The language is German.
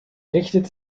richtet